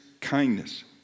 kindness